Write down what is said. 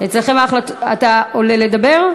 אתה עולה לדבר?